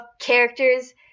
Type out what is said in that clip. characters